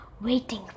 waiting